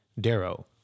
Darrow